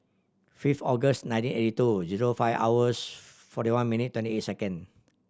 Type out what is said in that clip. fifth August nineteen eighty two zero five hours forty one minute twenty eight second